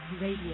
Radio